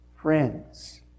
Friends